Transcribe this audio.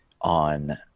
on